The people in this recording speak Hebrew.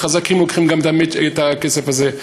החזקים לוקחים גם את הכסף הזה.